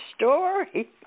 story